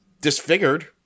disfigured